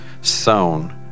sown